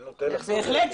בהחלט.